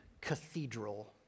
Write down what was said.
cathedral